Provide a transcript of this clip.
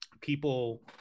people